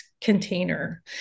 container